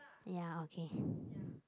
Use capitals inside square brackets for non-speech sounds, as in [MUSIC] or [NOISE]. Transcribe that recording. ya okay [BREATH]